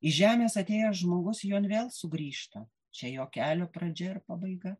iš žemės atėjęs žmogus jon vėl sugrįžta čia jo kelio pradžia ir pabaiga